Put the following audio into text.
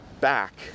back